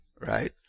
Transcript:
right